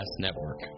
Network